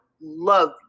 love